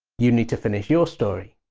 you need to finish your story.